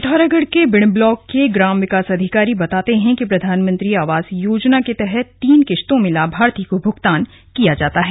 पिथौरागढ़ के बिण ब्लॉक के ग्राम विकास अधिकारी बताते हैं कि प्रधानमंत्री आवास योजना के तहत तीन किस्तों में लाभार्थी को भुगतान किया जाता है